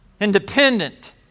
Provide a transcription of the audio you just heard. independent